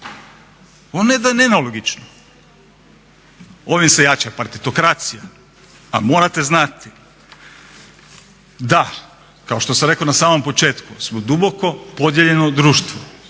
Ovo ne da je nelogično ovim se jača partitokracija, a morate znati da kao što sam rekao na početku smo duboko podijeljeno društvo